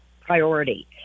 priority